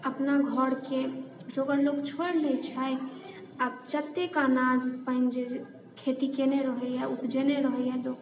अपना घरके जोगर लोक छोड़ि लै छै आओर जतेक अनाज पानि जे खेती केने रहैए उपजेने रहैए लोक